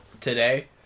today